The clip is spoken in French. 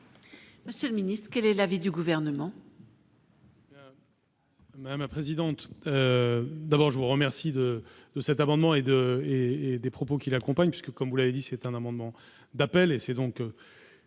Monsieur le Ministre, quel est l'avis du gouvernement. Madame la présidente, d'abord je vous remercie de nous cet amendement et de et et des propos qui l'accompagnent, puisque, comme vous l'avez dit, c'est un amendement d'appel et c'est donc,